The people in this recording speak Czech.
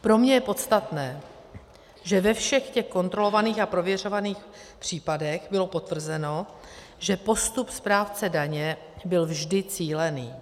Pro mě je podstatné, že ve všech kontrolovaných a prověřovaných případech bylo potvrzeno, že postup správce daně byl vždy cílený.